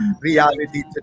reality